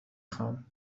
خواهم